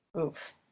Oof